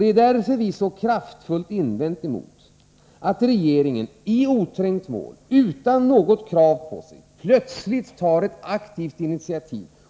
Det är därför som vi så kraftfullt har invänt mot att regeringen, i oträngt mål, utan något krav på sig